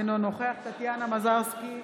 אינו נוכח טטיאנה מזרסקי,